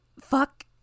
Fuck